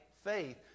faith